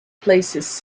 places